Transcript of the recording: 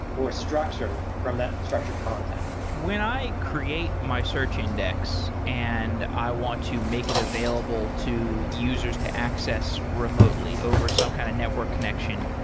or structure from that structured content when i create my search index and i want to make it available to users to access remotely over some kind of network connection,